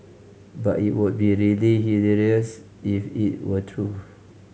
but it would be really hilarious if it were true